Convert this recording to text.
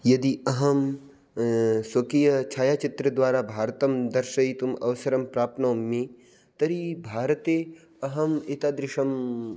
यदि अहं स्वकीयं छायाचित्रद्वारा भारतं दर्शयितुम् अवसरं प्राप्नोमि तर्हि भारते अहम् एतादृशम्